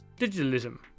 digitalism